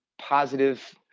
positive